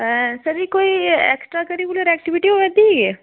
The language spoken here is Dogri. हैं सर कोई एक्स्ट्रा करिकुलर एक्टिविटी होआ दी